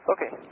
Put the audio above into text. Okay